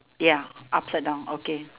ya upside down okay